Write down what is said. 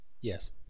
Yes